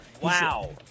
Wow